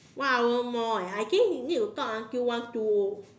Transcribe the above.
one hour more eh I think we need to talk until one two O